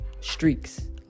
streaks